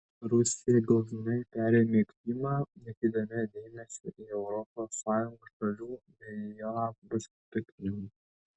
rusija galutinai perėmė krymą nekreipdama dėmesio į europos sąjungos šalių bei jav pasipiktinimus